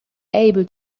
able